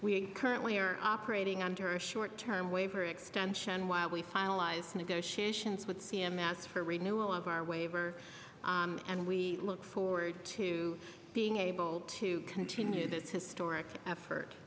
we currently are operating under a short term waiver extension while we finalize negotiations with c m s for renewal of our waiver and we look forward to being able to continue this historic effort